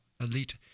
Elite